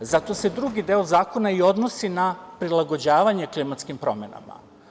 Zato se drugi deo zakona i odnosi na prilagođavanje klimatskim promenama.